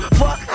fuck